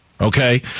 Okay